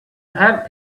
have